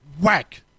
whack